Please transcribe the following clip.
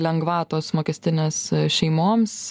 lengvatos mokestinės šeimoms